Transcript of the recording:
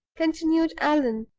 continued allan,